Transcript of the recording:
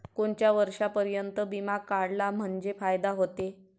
कोनच्या वर्षापर्यंत बिमा काढला म्हंजे फायदा व्हते?